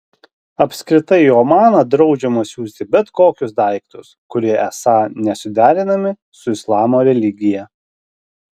apskritai į omaną draudžiama siųsti bet kokius daiktus kurie esą nesuderinami su islamo religija